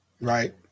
right